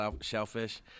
shellfish